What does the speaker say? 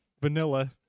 Vanilla